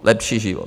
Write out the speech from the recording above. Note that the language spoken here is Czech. Lepší život!